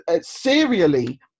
serially